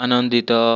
ଆନନ୍ଦିତ